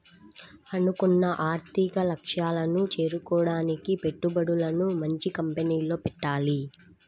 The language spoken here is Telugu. అనుకున్న ఆర్థిక లక్ష్యాలను చేరుకోడానికి పెట్టుబడులను మంచి కంపెనీల్లో పెట్టాలి